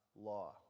law